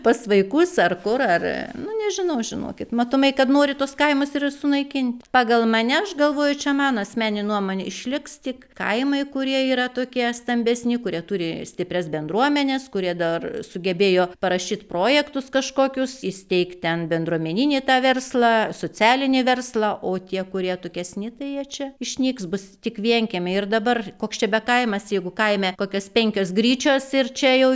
pas vaikus ar kur ar nu nežinau žinokit matomai kad nori tuos kaimus ir sunaikint pagal mane aš galvoju čia mano asmeninė nuomonė išliks tik kaimai kurie yra tokie stambesni kurie turi stiprias bendruomenes kurie dar sugebėjo parašyt projektus kažkokius įsteigt ten bendruomeninį tą verslą socialinį verslą o tie kurie atokesni tai jie čia išnyks bus tik vienkiemiai ir dabar koks čia be kaimas jeigu kaime kokios penkios gryčios ir čia jau